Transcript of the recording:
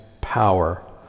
power